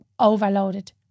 overloaded